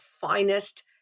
finest